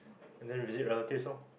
and then visit relatives ah